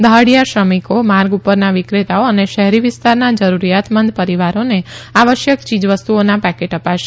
દહાડીયા શ્રમિકો માર્ગ પરના વિક્રેતાઓ અને શહેરી વિસ્તારના જરૂરીયાતમંદ પરીવારોને આવશ્યક ચીજ વસ્તુઓના પેકેટ અપાશે